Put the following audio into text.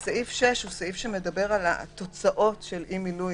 סעיף 6 הוא סעיף שמדבר על התוצאות של אי-מילוי